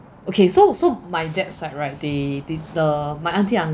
okay so so my dad's side right they th~ the my auntie